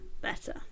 better